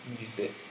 music